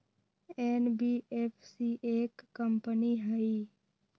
NBFC एक company हई?